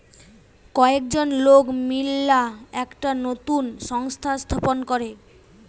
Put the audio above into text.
কয়েকজন লোক মিললা একটা নতুন সংস্থা স্থাপন করে